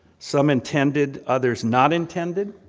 some intended, others not intended.